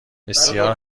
بسیار